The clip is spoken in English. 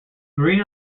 green